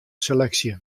seleksje